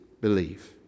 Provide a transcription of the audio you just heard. believe